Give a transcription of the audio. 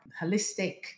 holistic